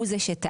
הוא זה שטעה.